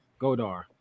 Godar